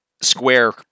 square